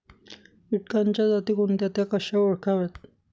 किटकांच्या जाती कोणत्या? त्या कशा ओळखाव्यात?